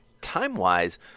time-wise